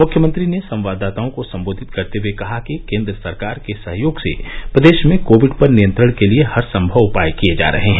मुख्यमंत्री ने संवाददाताओं को सम्बोधित करते हुए कहा कि केन्द्र सरकार के सहयोग से प्रदेश में कोविड पर नियंत्रण के लिये हर सम्भव उपाय किये जा रहे हैं